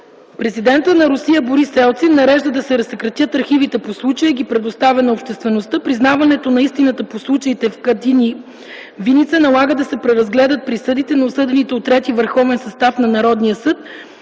Президентът на Русия Борис Елцин нарежда да се разсекретят архивите по случая и ги предоставя на обществеността. Признаването на истината по случаите в Катин и Виница налага да се преразгледат присъдите на осъдените от ІІІ Върховен състав на Народния съд